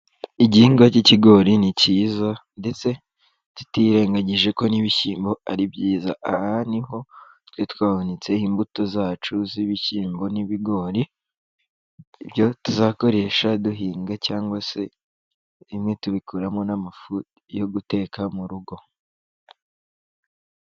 Igihingwa cy'ikigori ni cyiza ndetse, tutirengagije ko n'ibishyimbo ari byiza. Aha ni ho twari twahunitse imbuto zacu z'ibishyimbo n'ibigori, ibyo tuzakoresha duhinga cyangwa se bimwe tubikuramo n'amafu yo guteka mu rugo.